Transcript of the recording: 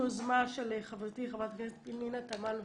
הדיון הוא יוזמה של חברתי, חברת הכנסת פנינה תמנו.